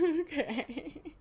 Okay